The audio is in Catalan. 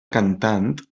cantant